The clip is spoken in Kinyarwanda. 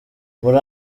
muri